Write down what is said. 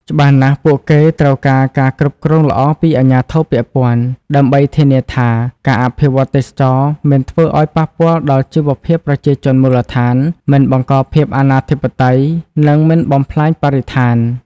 ច្បាស់ណាស់ពួកគេ ត្រូវការការគ្រប់គ្រងល្អពីអាជ្ញាធរពាក់ព័ន្ធ ដើម្បីធានាថាការអភិវឌ្ឍទេសចរណ៍មិនធ្វើឱ្យប៉ះពាល់ដល់ជីវភាពប្រជាជនមូលដ្ឋាន មិនបង្កភាពអនាធិបតេយ្យ និងមិនបំផ្លាញបរិស្ថាន។